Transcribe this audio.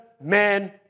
men